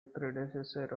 predecessor